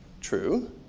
True